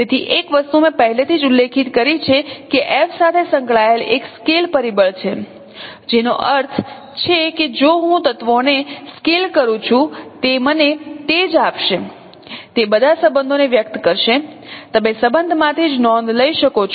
તેથી એક વસ્તુ મેં પહેલેથી જ ઉલ્લેખિત કરી છે કે એફ સાથે સંકળાયેલ એક સ્કેલ પરિબળ છે જેનો અર્થ છે કે જો હું તત્વોને સ્કેલ કરું છું તે મને તે જ આપશે તે બધા સંબંધોને વ્યક્ત કરશે તમે સંબંધમાંથી જ નોંધ લઈ શકો છો